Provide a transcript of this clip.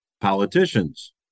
politicians